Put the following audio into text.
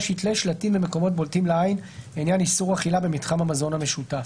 יתלה שלטים במקומות בולטים לעין לעניין איסור אכילה במתחם המזון המשותף.